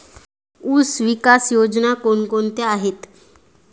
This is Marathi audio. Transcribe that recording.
ऊसविकास योजना कोण कोणत्या आहेत?